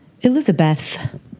Elizabeth